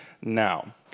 now